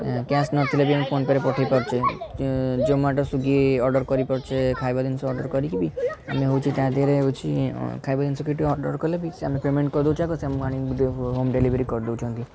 cash ନଥିଲେ ବି ଆମେ ଫୋନ ପେ'ରେ ପଠାଇ ପାରୁଛୁ ଯେ ଜୋମାଟା ସ୍ୱିଗି ଅର୍ଡ଼ର କରିପାରୁଛେ ଖାଇବା ଜିନିଷ ଅର୍ଡ଼ର କରିକି ବି ଆମେ ହଉଛି ତା'ଧିରେ ହେଉଛି ଖାଇବା ଜିନିଷ ଅର୍ଡ଼ର କଲେ ବି ସେ ଆମେ ପେମେଣ୍ଟ କରିଦେଉଛେ ଆଗ ସେ ଆମକୁ ଆଣିକି ମଧ୍ୟ ହୋମ୍ ଡେଲିଭରି କରିଦେଉଛନ୍ତି